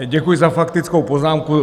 Děkuji za faktickou poznámku.